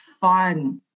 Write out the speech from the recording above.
fun